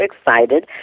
excited